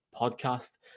podcast